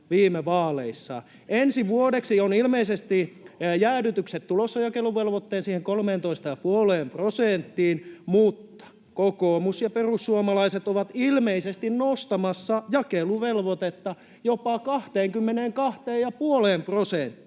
Ensi vuodeksi on ilmeisesti jäädytykset tulossa jakeluvelvoitteen 13,5 prosenttiin, mutta kokoomus ja perussuomalaiset ovat ilmeisesti nostamassa jakeluvelvoitetta jopa 22,5 prosenttiin